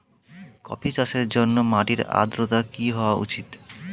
Coffee চাষের জন্য মাটির আর্দ্রতা কি হওয়া উচিৎ?